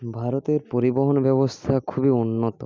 ভারতের পরিবহন ব্যবস্থা খুবই উন্নত